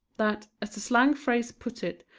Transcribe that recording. that, as the slang phrase puts it,